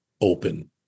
open